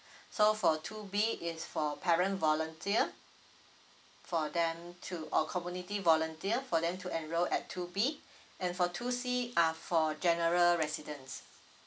so for two B it's for parent volunteer for them to or community volunteer for them to enroll at two B and for two C are for general residents